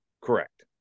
Correct